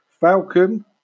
Falcon